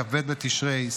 כ"ב בתשרי,